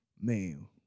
man